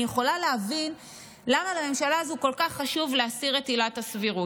אני יכולה להבין למה לממשלה הזאת כל כך חשוב להסיר את עילת הסבירות.